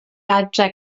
adre